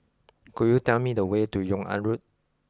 could you tell me the way to Yung An Road